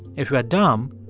if we are dumb,